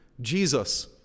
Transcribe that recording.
Jesus